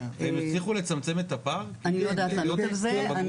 אני לא יודעת לענות על זה.